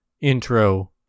intro